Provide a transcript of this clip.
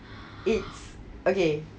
it's okay